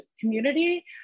community